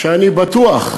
שאני בטוח,